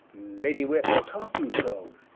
lady, wherefore talke you so?